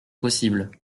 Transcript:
possible